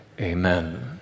Amen